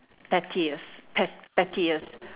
pettiest pet~ pettiest